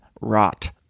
rot